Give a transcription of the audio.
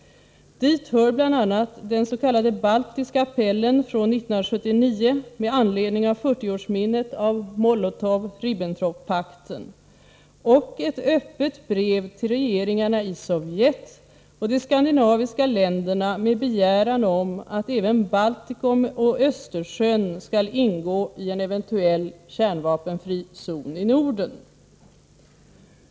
Dit hör bl.a. dens.k. Baltiska appellen från 1979 med anledning av 40-årsminnet av Molotov-Ribbentrop-pakten och ett öppet brev till regeringarna i Sovjet och de skandinaviska länderna med begäran om att även Baltikum och Östersjön skall ingå i en eventuell kärnvapenfri zon i Norden.